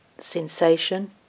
Sensation